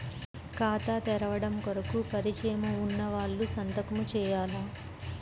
ఖాతా తెరవడం కొరకు పరిచయము వున్నవాళ్లు సంతకము చేయాలా?